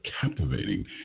captivating